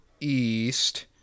East